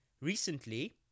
recently